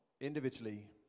individually